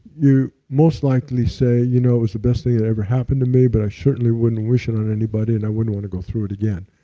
you most likely say, you know it was the best thing that ever happened to me, but i certainly wouldn't wish it on anybody. and i wouldn't want to go through it again.